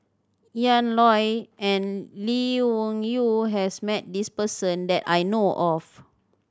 Ian Loy and Lee Wung Yew has met this person that I know of